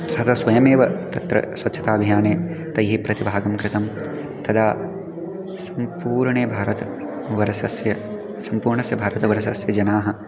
सः च स्वयमेव तत्र स्वच्छताभियाने तैः प्रतिभागः कृतः तदा सम्पूर्णे भारतवर्षस्य सम्पूर्णस्य भारतवर्षस्य जनाः